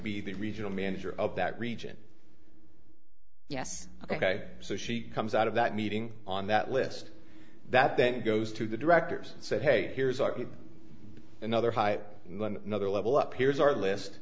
be the regional manager of that region yes ok so she comes out of that meeting on that list that then goes to the directors said hey here's another high another level up here's our list